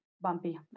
bumpy